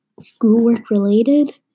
schoolwork-related